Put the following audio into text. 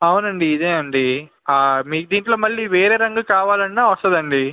అవునండి ఇదే అండి మీ దీంట్లో మళ్ళీ వేరే రంగు కావాలన్నా వస్తుంది అండి